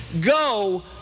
go